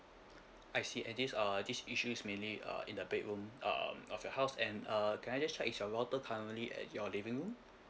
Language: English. I see and this err this issue is mainly uh in the bedroom um of your house and err can I just check is your router currently at your living room